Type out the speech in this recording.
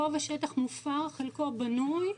רוב השטח --- חלקו בנוי,